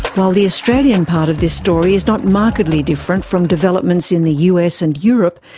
while the australian part of this story is not markedly different from developments in the us and europe,